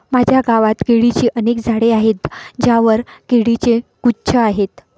माझ्या गावात केळीची अनेक झाडे आहेत ज्यांवर केळीचे गुच्छ आहेत